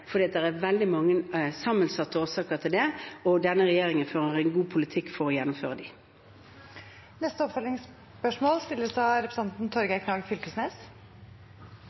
fordi det er veldig mange sammensatte årsaker til det, og denne regjeringen fører en god politikk for å gjennomføre dem. Torgeir Knag Fylkesnes – til oppfølgingsspørsmål.